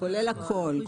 כולל הכול.